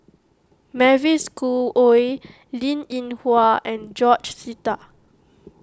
Mavis Khoo Oei Linn in Hua and George Sita